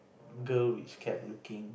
girl which kept looking